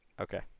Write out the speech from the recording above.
Okay